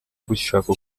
gushaka